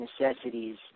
necessities